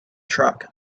truck